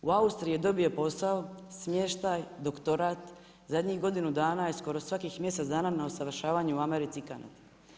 U Austriji je dobio posao, smještaj, doktorat, u zadnjih godinu dana je skoro svakih mjesec dana na usavršavanju u Americi i Kanadi.